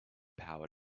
power